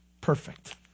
Perfect